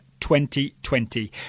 2020